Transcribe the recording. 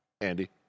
andy